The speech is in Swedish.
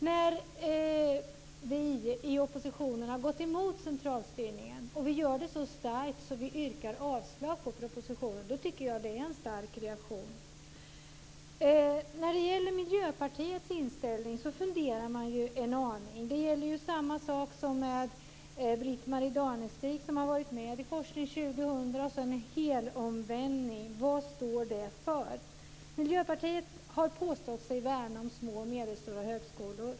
När vi i oppositionen har gått emot centralstyrningen så starkt att vi yrkar avslag på propositionen så tycker jag att det är en stark reaktion. När det gäller Miljöpartiets inställning så funderar man en aning. Samma sak gäller när Britt-Marie Danestig, som har varit med i Forskning 2000, sedan gör en helomvändning. Vad står det för? Miljöpartiet har påstått sig värna små och medelstora högskolor.